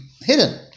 hidden